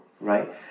right